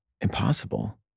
impossible